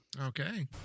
Okay